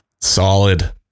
Solid